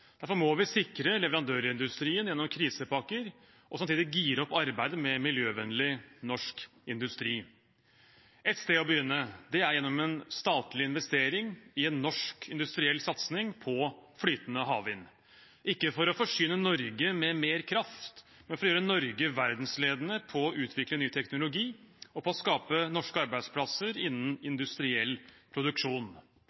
Derfor må vi sikre leverandørindustrien gjennom krisepakker, og samtidig gire opp arbeidet med miljøvennlig norsk industri. Et sted å begynne er gjennom en statlig investering i en norsk industriell satsing på flytende havvind – ikke for å forsyne Norge med mer kraft, men for å gjøre Norge verdensledende på å utvikle ny teknologi og på å skape norske arbeidsplasser innen